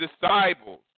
disciples